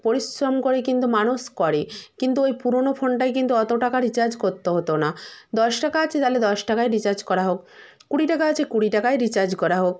পরিশ্রম করেই কিন্তু মানুষ করে কিন্তু ওই পুরনো ফোনটায় কিন্তু অত টাকা রিচার্জ করতে হতো না দশ টাকা আছে তাহলে দশ টাকাই রিচার্জ করা হোক কুড়ি টাকা আছে কুড়ি টাকাই রিচার্জ করা হোক